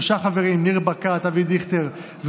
ארבעה חברים: קטי קטרין שטרית,